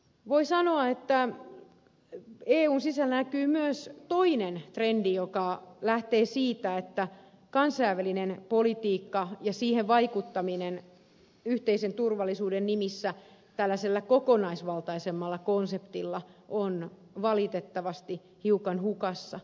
voi sanoa että eun sisällä näkyy myös toinen trendi joka lähtee siitä että kansainvälinen politiikka ja siihen vaikuttaminen yhteisen turvallisuuden nimissä tällaisella kokonaisvaltaisemmalla konseptilla ovat valitettavasti hiukan hukassa